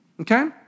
Okay